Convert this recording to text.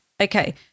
okay